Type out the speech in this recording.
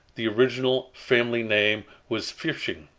the original family name was pfirsching,